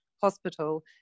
hospital